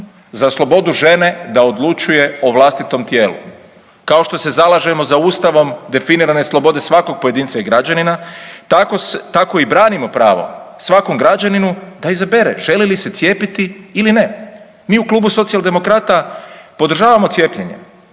za slobodu žene da odlučuje o vlastitom tijelu, kao što se zalažemo za ustavom definirane slobode svakog pojedinca i građanina tako i branimo pravo svakom građaninu da izabere želi li se cijepiti ili ne. Mi u Klubu Socijaldemokrata podržavamo cijepljenje,